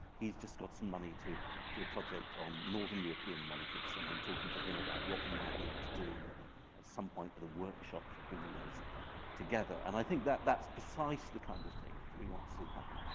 he's just got some money to do a project on northern european monarchies. and i'm talking to him about what we might be able to do at some point for the workshops to bring those together. and i think that that's precisely the kind of thing that we want to see happen.